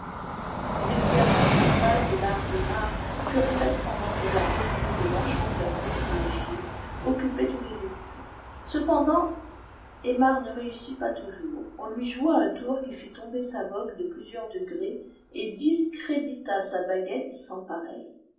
les expériences rivales de l'art d'aymar furent faites pendant que la renommée de l'enchanteur privilégié occupait tous les esprits cependant aymar ne réussit pas toujours on lui joua un tour qui'flt tomber sa vogue de plusieurs degrés et discrédita sa baguette sans pareille